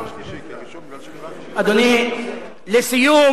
אדוני, לסיום